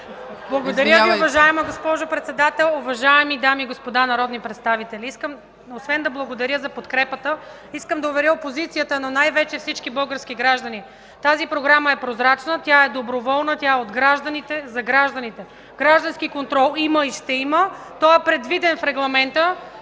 Благодаря Ви, уважаема госпожо Председател. Уважаеми дами и господа народни представители, искам освен да благодаря за подкрепата, да уверя опозицията, но най-вече всички български граждани, че тази програма е прозрачна, доброволна, тя е от гражданите за гражданите. Граждански контрол има и ще има – той е предвиден в регламента,